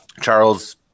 Charles